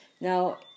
Now